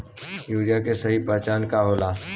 Urea के सही पहचान का होला?